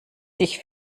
sich